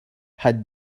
had